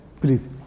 please